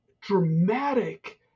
dramatic